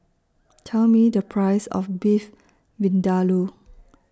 Tell Me The Price of Beef Vindaloo